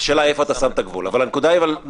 השאלה היא איפה אתה שם את הגבול.